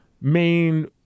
main